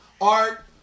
art